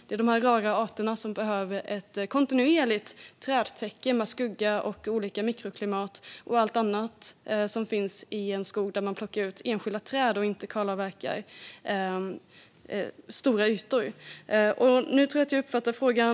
Dessa rara arter behöver ett kontinuerligt trädtäcke med skugga och olika mikroklimat och allt annat som finns i en skog där man plockar ut enskilda träd och inte kalavverkar stora ytor. Nu tror jag att jag har uppfattat frågan.